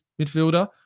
midfielder